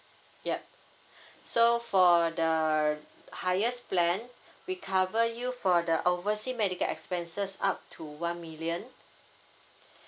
yup so for the highest plan we cover you for the oversea medical expenses up to one million